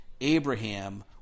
Abraham